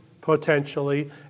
potentially